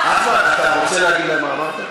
אחמד, אתה רוצה להגיד להם מה אמרת?